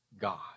God